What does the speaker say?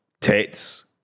tits